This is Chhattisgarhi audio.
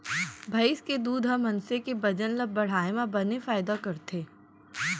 भईंस के दूद ह मनसे के बजन ल बढ़ाए म बने फायदा करथे